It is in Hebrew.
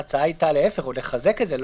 ההצעה הייתה להיפך לחזק את זה.